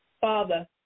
father